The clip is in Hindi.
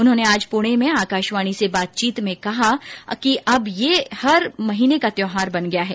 उन्होंने आज प्रणे में आकाशवाणी से बातचीत में कहा कि अब ये हर महीने का त्यौहार बन गया है